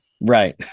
right